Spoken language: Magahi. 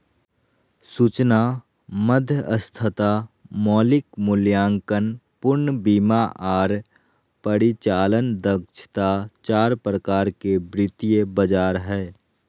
सूचना मध्यस्थता, मौलिक मूल्यांकन, पूर्ण बीमा आर परिचालन दक्षता चार प्रकार के वित्तीय बाजार हय